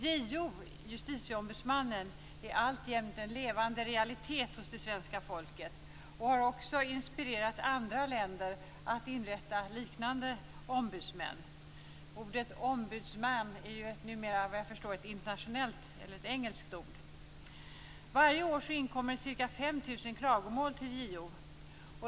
JO, Justitieombudsmannen, är alltjämt en levande realitet hos det svenska folket och har också inspirerat andra länder att inrätta liknande ombudsmän. Ordet ombudsman är numera, såvitt jag förstår, ett internationellt - ett engelskt - ord. Varje år inkommer ca 5 000 klagomål till JO.